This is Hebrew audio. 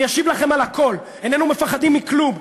אני אשיב לכם על הכול, איננו מפחדים מכלום.